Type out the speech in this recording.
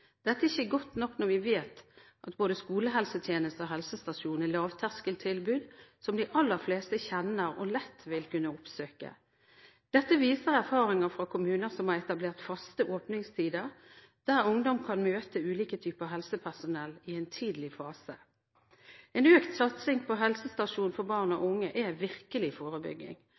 Dette er ikke godt nok når vi vet at både skolehelsetjeneste og helsestasjon er lavterskeltilbud som de aller fleste kjenner og lett vil kunne oppsøke. Dette viser erfaringer fra kommuner som har etablert faste åpningstider der ungdom kan møte ulike typer helsepersonell i en tidlig fase. En økt satsing på helsestasjon for barn og unge er virkelig forebygging,